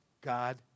God